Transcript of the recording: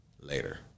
later